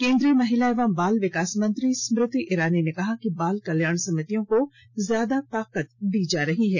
केन्द्रीय महिला एवं बाल विकास मंत्री स्मृति ईरानी ने कहा कि बाल कल्याण समितियों को ज्यादा ताकत दी जा रही है